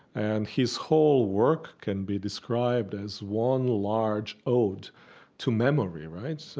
and his whole work can be described as one large ode to memory, right? so